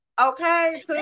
okay